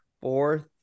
fourth